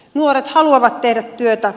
nuoret haluavat tehdä työtä